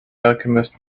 alchemist